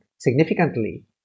significantly